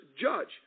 judge